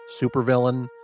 supervillain